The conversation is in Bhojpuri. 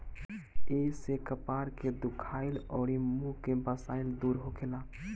एसे कपार के दुखाइल अउरी मुंह के बसाइल दूर होखेला